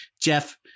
Jeff